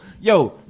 yo